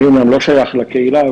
אני אמנם לא שייך לקהילה,